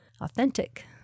authentic